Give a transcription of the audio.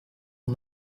and